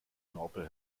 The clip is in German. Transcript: knorpel